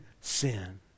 sin